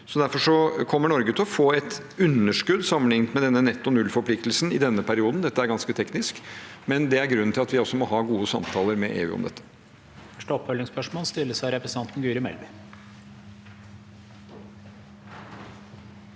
Derfor kommer Norge til å få et underskudd sammenlignet med denne netto nullforpliktelsen i denne perioden – dette er ganske teknisk – men det er grunnen til at vi må ha gode samtaler med EU om dette.